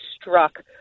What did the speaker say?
struck